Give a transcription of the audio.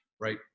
Right